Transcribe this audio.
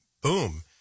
boom